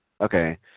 Okay